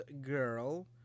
girl